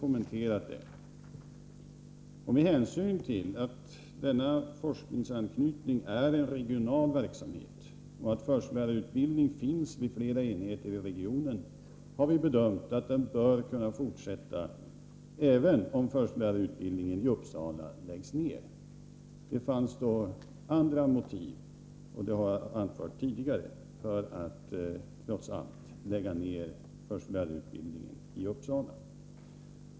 Med hänsyn till att denna forskningsanknytning är en regional verksamhet och att förskollärarutbildning finns vid flera enheter i regionen, har vi bedömt att den bör kunna fortsätta även om förskollärarutbildningen i Uppsala läggs ned. Det fanns andra motiv — det har jag anfört tidigare — för att trots allt lägga ned förskollärarutbildningen i Uppsala.